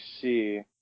see